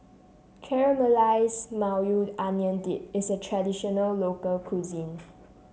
Caramelized Maui Onion Dip is a traditional local cuisine